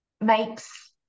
makes